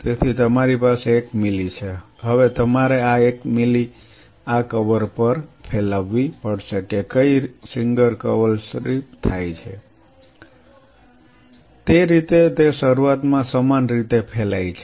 તેથી તમારી પાસે એક મિલી છે હવે તમારે આ એક મિલી આ કવર પર ફેલાવવી પડશે કે કઈ સિંગલ કવર સ્લીપ થાય છે તે રીતે તે શરૂઆતમાં સમાન રીતે ફેલાય છે